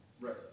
Right